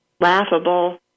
laughable